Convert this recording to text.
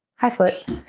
high foot